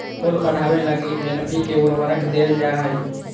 फूल बढ़ावे लगी एन.पी.के उर्वरक देल जा हइ